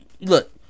Look